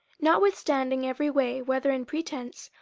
notwithstanding, every way, whether in pretence,